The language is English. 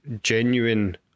genuine